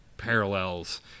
parallels